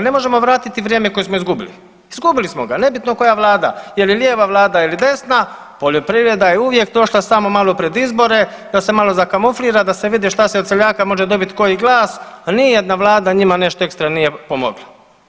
Ne možemo vratiti vrijeme koje smo izgubili, izgubili smo ga, ali nebitno koja vlada jel je lijeva vlada ili desna, poljoprivreda je uvijek došla samo malo pred izbore da se malo zakamuflira da se vidi šta se od seljaka može dobiti koji glas, ali nijedna vlada nešto ekstra nije pomogla.